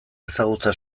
ezagutza